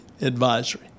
Advisory